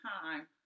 time